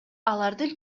алардын